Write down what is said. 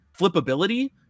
flippability